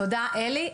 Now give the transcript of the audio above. תודה, אלי.